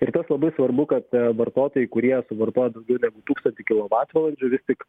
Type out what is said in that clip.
ir tas labai svarbu kad vartotojai kurie suvartoja daugiau negu tūkstantį kilovatvalandžių vis tik